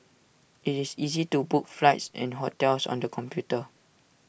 IT is easy to book flights and hotels on the computer